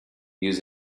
use